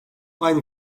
aynı